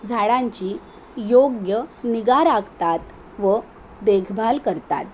झाडांची योग्य निगा राखतात व देखभाल करतात